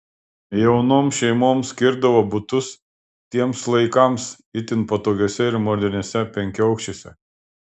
jaunoms šeimoms skirdavo butus tiems laikams itin patogiuose ir moderniuose penkiaaukščiuose